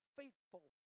faithful